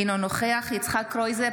אינו נוכח יצחק קרויזר,